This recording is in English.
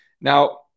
Now